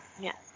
Yes